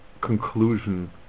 conclusion